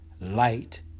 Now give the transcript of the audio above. Light